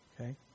Okay